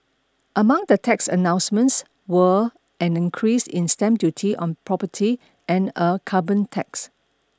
among the tax announcements were an increase in stamp duty on property and a carbon tax